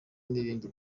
n’ibindi